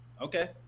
Okay